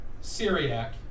Syriac